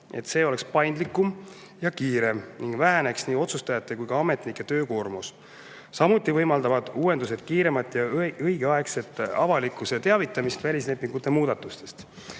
et see oleks paindlikum ja kiirem ning väheneks nii otsustajate kui ka ametnike töökoormus. Samuti võimaldavad uuendused kiiremat ja õigeaegset avalikkuse teavitamist välislepingute muudatustest.